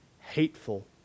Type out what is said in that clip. hateful